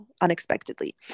unexpectedly